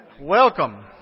Welcome